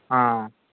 ହଁ